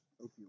Opioids